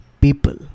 people